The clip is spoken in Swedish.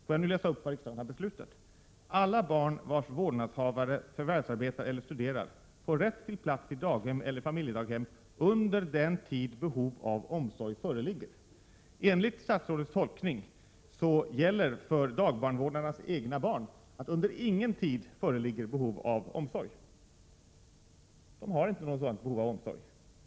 Låt mig nu läsa upp vad riksdagen har beslutat: ”Alla barn vars vårdnadshavare förvärvsarbetar eller studerar får rätt till plats i daghem eller familjedaghem under den tid behov av omsorg föreligger.” Enligt statsrådets tolkning gäller för dagbarnvårdarnas egna barn att det inte under någon tid föreligger behov av omsorg. De har inte något behov av omsorg!